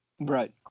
Right